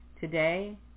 Today